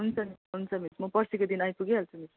हुन्छ मिस हुन्छ मिस म पर्सीको दिन आइपुगिहाल्छु मिस